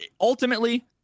Ultimately